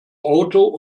auto